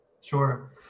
Sure